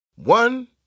One